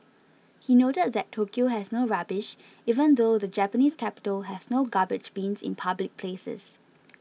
he noted that Tokyo has no rubbish even though the Japanese capital has no garbage bins in public places